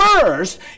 first